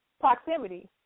Proximity